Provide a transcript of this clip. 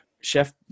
Chef